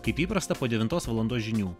kaip įprasta po devintos valandos žinių